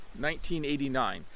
1989